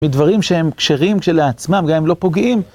מדברים שהם כשרים כשלעצמם, גם אם לא פוגעים.